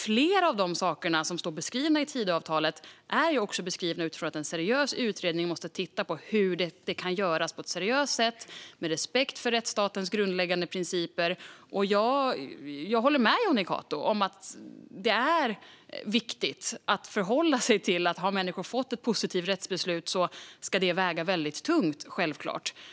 Flera av de saker som står i Tidöavtalet är beskrivna utifrån att en seriös utredning måste titta på hur de kan göras på ett seriöst sätt med respekt för rättsstatens grundläggande principer. Jag håller med Jonny Cato om att det är viktigt att förhålla sig till att människor fått positiva rättsbeslut. Det ska självklart väga väldigt tungt.